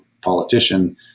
politician